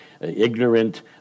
ignorant